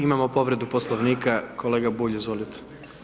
Imamo povredu Poslovnika, kolega Bulj, izvolite.